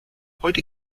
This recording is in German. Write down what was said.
heute